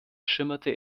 schimmerte